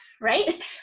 Right